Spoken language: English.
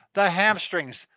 the hamstrings,